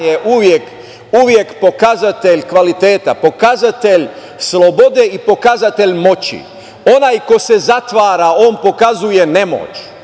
je uvek pokazatelj kvaliteta, pokazatelj slobode i pokazatelj moći. Onaj ko se zatvara pokazuje nemoć.